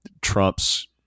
Trump's